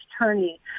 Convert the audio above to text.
attorney